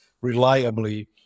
reliably